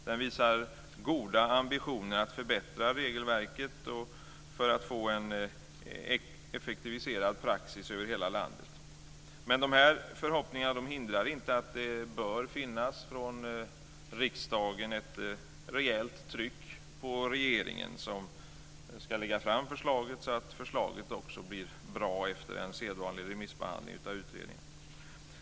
Den visar goda ambitioner att förbättra regelverket och få en effektiviserad praxis över hela landet. Men de förhoppningarna hindrar inte att det från riksdagen bör finnas ett rejält tryck på regeringen som ska lägga fram förslaget så att det också blir bra efter en sedvanlig remissbehandling av utredningen.